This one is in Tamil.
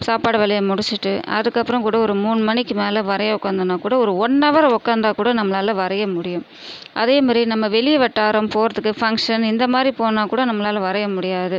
சாப்பாடு வேலையை முடித்திட்டு அதுக்கு அப்புறம் கூட ஒரு மூணு மணிக்கு மேல் வரைய உட்காந்தம்னா கூட ஒரு ஒன் ஹவர் உட்காந்தா கூட நம்மளால் வரைய முடியும் அதே மாதிரி நம்ப வெளி வட்டாரம் போகிறதுக்கு ஃபங்க்ஷன் இந்த மாதிரி போனால் கூட நம்மளால் வரைய முடியாது